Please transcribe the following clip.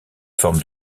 forme